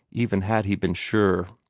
even had he been sure.